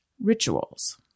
rituals